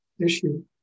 issue